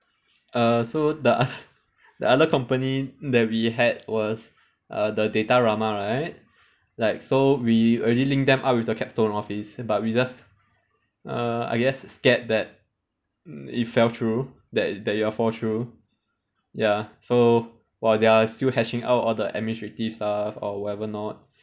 uh so the the other company that we had was uh the datarama right like so we already link them up with the capstone office but we just err I guess scared that it fell through that that it'll fall through ya so while they are still hatching out all the administrative stuff or whatever not